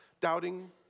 doubting